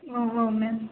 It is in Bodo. औ औ मेम